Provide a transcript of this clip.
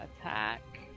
attack